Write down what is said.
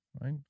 right